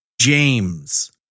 James